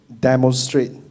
demonstrate